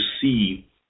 see